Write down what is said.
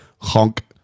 Honk